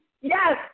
Yes